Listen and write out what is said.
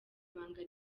banga